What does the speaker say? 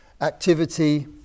activity